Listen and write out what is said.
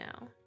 now